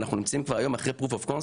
אנחנו נמצאים כבר היום אחרי proof of concept